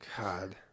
god